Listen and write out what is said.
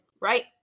right